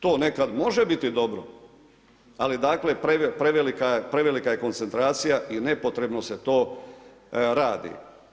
To nekad može biti dobro ali dakle prevelika je koncentracija i nepotrebno se to radi.